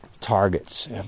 targets